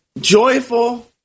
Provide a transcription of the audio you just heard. joyful